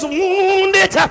wounded